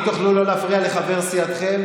אם תוכלו לא להפריע לחבר סיעתכם,